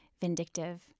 vindictive